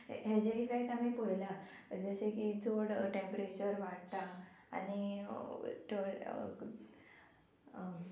हेजे इफेक्ट आमी पयलां जशें की चड टेंम्परेचर वाडटा आनी